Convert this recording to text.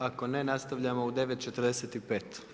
Ako ne, nastavljamo u 9,45.